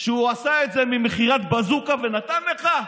שהוא עשה את זה ממכירת בזוקה ונתן לך?